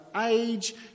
age